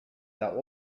der